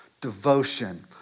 devotion